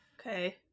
Okay